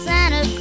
Santa